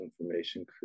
information